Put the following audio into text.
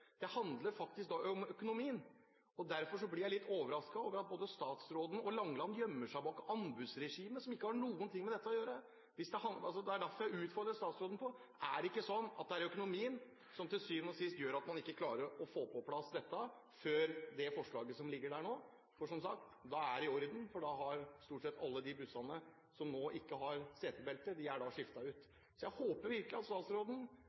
Det handler da faktisk om økonomien. Derfor blir jeg litt overrasket over at både statsråden og Langeland gjemmer seg bak anbudsregimet, som ikke har noe med dette å gjøre. Det er derfor jeg utfordrer statsråden: Er det ikke slik at det er økonomien som til syvende og sist gjør at man ikke klarer å få på plass dette før det forslaget som ligger der nå? For, som sagt, da er det i orden, for da er stort sett alle de bussene som nå ikke har setebelte, skiftet ut. Jeg håper virkelig at statsråden